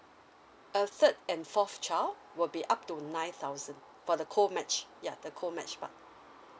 uh third and fourth child would be up to nine thousand for the cold match yup the cold match part